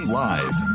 live